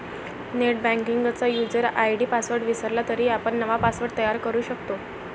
नेटबँकिंगचा user ID password विसरला तरी आपण नवा पासवर्ड तयार करू शकतो